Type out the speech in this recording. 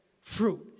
fruit